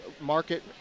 Market